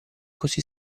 così